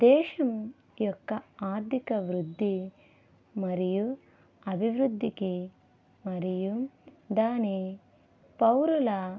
దేశం యొక్క ఆర్ధిక వృద్ధి మరియు అభివృద్ధికి మరియు దాని పౌరుల